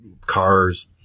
cars